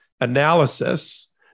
analysis